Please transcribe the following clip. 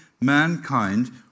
mankind